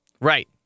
Right